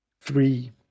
three